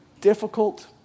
difficult